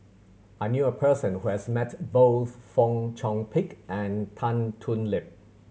I knew a person who has met both Fong Chong Pik and Tan Thoon Lip